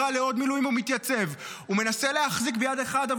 הוא נקרא לעוד מילואים,